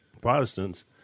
Protestants